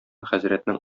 хәзрәтнең